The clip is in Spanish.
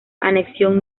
anexión